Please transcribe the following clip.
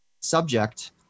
subject